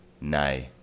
Nay